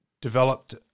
developed